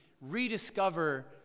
rediscover